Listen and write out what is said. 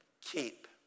keep